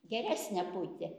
geresnę būtį